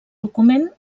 document